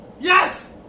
Yes